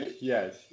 yes